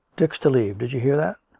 dick's to leave. did you hear that?